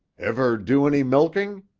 ever do any milking?